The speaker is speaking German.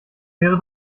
wäre